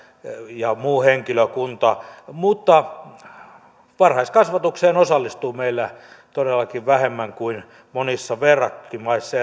ja muu henkilökunta mutta varhaiskasvatukseen osallistuu meillä todellakin vähemmän kuin monissa verrokkimaissa